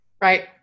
right